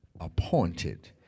appointed